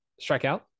strikeout